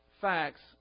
facts